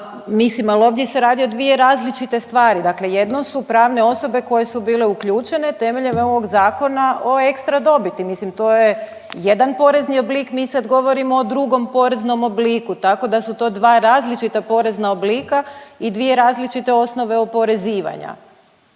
mislim al ovdje se radi o dvije različite stvari, dakle jedno su pravne osobe koje su bile uključene temeljem ovog Zakona o ekstra dobiti, mislim to je jedan porezni oblik, mi sad govorimo o drugom poreznom obliku tako da su to dva različita porezna oblika i dvije različite osnove oporezivanja.